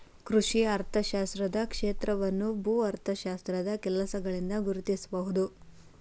ಕೃಷಿ ಅರ್ಥಶಾಸ್ತ್ರದ ಕ್ಷೇತ್ರವನ್ನು ಭೂ ಅರ್ಥಶಾಸ್ತ್ರದ ಕೆಲಸಗಳಿಂದ ಗುರುತಿಸಬಹುದು